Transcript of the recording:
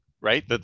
right